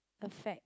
affect